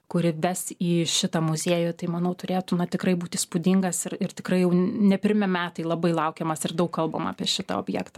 kuri ves į šitą muziejų tai manau turėtų na tikrai būt įspūdingas ir ir tikrai jau ne pirmi metai labai laukiamas ir daug kalbama apie šitą objektą